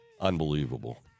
unbelievable